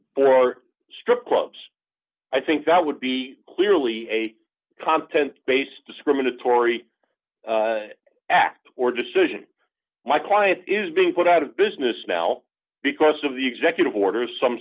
are strip clubs i think that would be clearly a content based discriminatory act or decision my client is being put out of business now because of the executive orders some